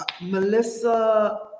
Melissa